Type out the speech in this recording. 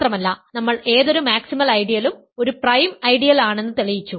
മാത്രമല്ല നമ്മൾ ഏതൊരു മാക്സിമൽ ഐഡിയലും ഒരു പ്രൈം ഐഡിയൽ ആണെന്ന് തെളിയിച്ചു